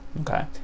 okay